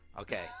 Okay